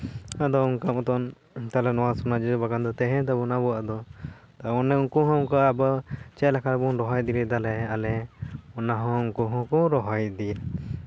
ᱟᱫᱚ ᱚᱱᱠᱟ ᱢᱚᱛᱚᱱ ᱱᱚᱣᱟ ᱥᱚᱱᱟᱡᱷᱩᱨᱤ ᱵᱟᱜᱟᱱ ᱫᱚ ᱛᱟᱦᱮᱸᱭᱮᱱ ᱛᱟᱵᱚᱱᱟ ᱟᱵᱚᱣᱟᱜ ᱫᱚ ᱚᱱᱮ ᱩᱱᱠᱩ ᱦᱚᱸ ᱚᱱᱠᱟ ᱪᱮᱫ ᱞᱮᱠᱟ ᱵᱚᱱ ᱨᱚᱦᱚᱭ ᱫᱟᱲᱮᱭᱟᱫᱟᱞᱮ ᱟᱞᱮ ᱚᱱᱟ ᱦᱚᱸ ᱩᱱᱠᱩ ᱦᱚᱸᱠᱚ ᱨᱚᱦᱚᱭ ᱤᱫᱤᱭᱟ